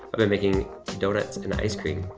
i've been making donuts and ice cream.